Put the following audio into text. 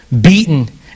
beaten